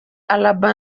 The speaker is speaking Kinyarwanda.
alba